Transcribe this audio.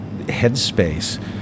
headspace